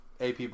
AP